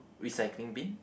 recycling bin